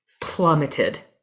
plummeted